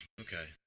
okay